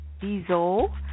Diesel